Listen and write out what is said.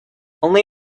only